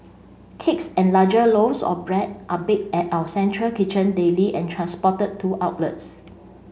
cakes and larger loaves of bread are baked at our central kitchen daily and transported to outlets